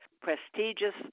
prestigious